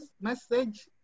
message